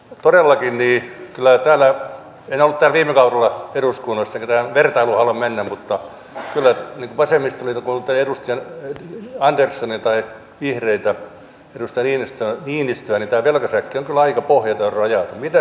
todellakin en ollut täällä eduskunnassa viime kaudella enkä tähän vertailuun halua mennä mutta kyllä vasemmistoliiton puolelta edustaja andersson tai vihreiltä edustaja niinistö tämä velkasäkki on aika pohjaton ja rajaton